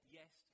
yes